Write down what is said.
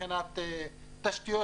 מבחינת תשתיות,